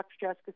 Jessica